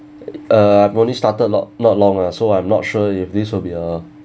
uh I'm only started not not long lah so I'm not sure if this will be a